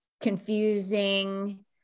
confusing